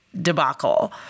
debacle